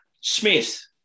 Smith